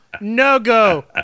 No-go